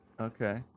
Okay